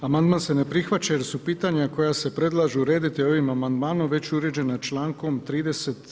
Amandman se ne prihvaća jer su pitanja koja se predlažu urediti ovim amandmanom već uređena čl. 30.